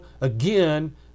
again